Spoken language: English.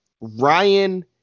Ryan